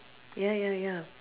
ya ya ya